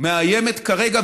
מאיימת כרגע,